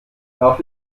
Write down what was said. darf